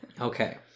Okay